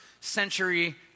century